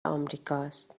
امریکاست